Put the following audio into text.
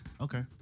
Okay